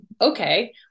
okay